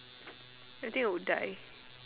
I think I would die